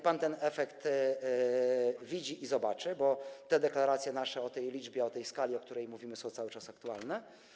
Pan ten efekt widzi i zobaczy, bo te nasze deklaracje dotyczące tej liczby, tej skali, o której mówimy, są cały czas aktualne.